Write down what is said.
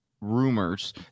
rumors